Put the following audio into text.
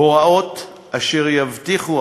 הוראות אשר יבטיחו,